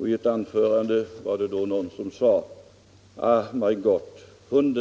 och i ett anförande var det någon som sade: